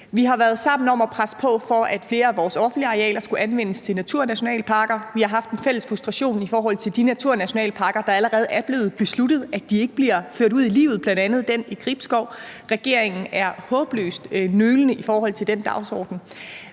Vi har været sammen om at presse på, for at flere af vores offentlige arealer skal anvendes til naturnationalparker. Vi har haft en fælles frustration i forhold til de naturnationalparker, som det allerede er blevet besluttet ikke bliver ført ud i livet, bl.a. naturnationalparken i Gribskov. Regeringen er håbløst nølende i forhold til den dagsorden.